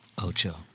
Ocho